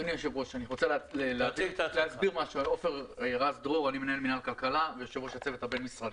אני מנהל מינהל כלכלה ויושב-ראש הצוות הבין-משרדי.